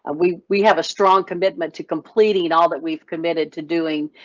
ah we we have a strong commitment to completing all that we've committed to doing,